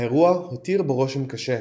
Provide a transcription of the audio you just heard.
האירוע הותיר בו רושם קשה,